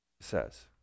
says